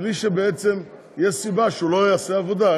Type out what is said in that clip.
בלי שיש סיבה שהוא לא יעשה עבודה.